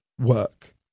work